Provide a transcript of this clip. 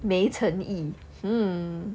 没诚意 hmm